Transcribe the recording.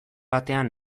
batean